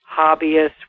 hobbyists